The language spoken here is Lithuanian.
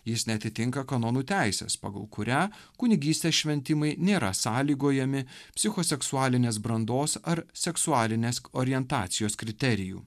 jis neatitinka kanonų teisės pagal kurią kunigystės šventimai nėra sąlygojami psichoseksualinės brandos ar seksualinės orientacijos kriterijų